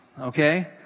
okay